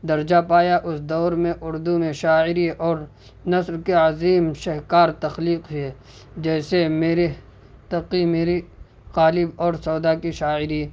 درجہ پایا اس دور میں اردو میں شاعری اور نثر کے عظیم شہکار تخلیق ہوئے جیسے میر تقی میر غالب اور سودا کی شاعری